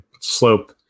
slope